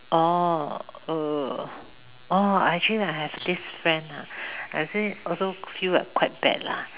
orh err orh actually I have this friend lah actually also feel like quite bad lah